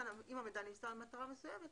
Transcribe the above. אם המידע נמסר למטרה מסוימת,